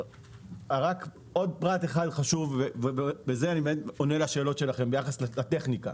עוד פרט אחד חשוב ובזה אני עונה לשאלות שלכם ביחס לטכניקה: